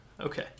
okay